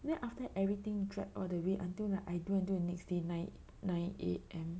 then after that everything drag all the way until like I do and do the next day nine nine A_M